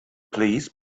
please